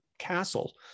castle